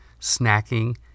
Snacking